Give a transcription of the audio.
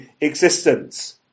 existence